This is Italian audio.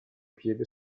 piede